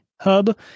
hub